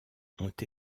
ont